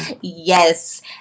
yes